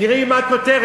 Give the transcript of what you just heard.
תראי מה הכותרת,